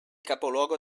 capoluogo